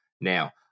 Now